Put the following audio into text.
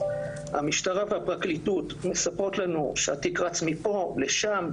המשטרה והפרקליטות מספרות לנו שהתיק רץ מפה לשם,